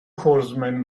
horsemen